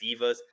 divas